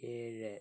ഏഴ്